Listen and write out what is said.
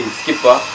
skipper